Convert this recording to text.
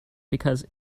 because